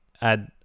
add